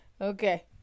Okay